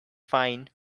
fine